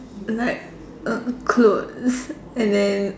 like a clothes and then